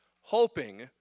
hoping